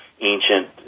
ancient